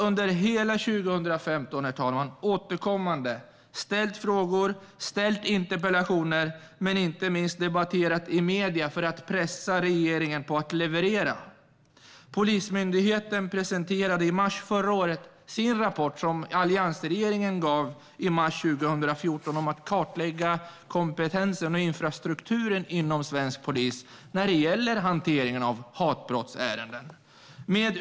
Under hela 2015 ställde vi återkommande frågor och interpellationer och debatterade inte minst i medierna för att pressa regeringen att leverera. Polismyndigheten presenterade i mars förra året sin kartläggning av kompetensen och infrastrukturen inom svensk polis när det gäller hanteringen av hatbrottsärenden, vilken alliansregeringen gett dem i uppdrag att göra 2014.